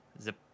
zip